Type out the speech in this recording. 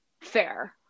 Fair